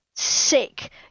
sick